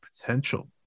potential